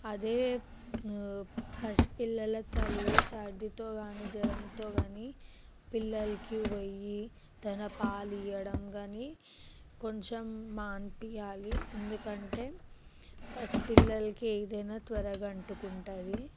అదే పసిపిల్లల తల్లి సర్దితో కానీ జ్వరంతో కానీ పిల్లలకి పోయి తన పాలు ఇవ్వడం కానీ కొంచెం మానిపించాలి ఎందుకంటే పసి పిల్లలకి ఏదైనా త్వరగా అంటుకుంటుంది